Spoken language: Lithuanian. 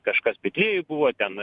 kažkas betliejuj buvo ten